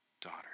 daughter